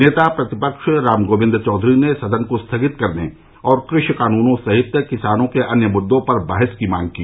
नेता प्रतिपक्ष राम गोविंद चौधरी ने सदन को स्थगित करने और कृषि कानूनों सहित किसानों के अन्य मुद्दों पर बहस की मांग की